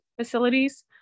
facilities